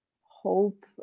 hope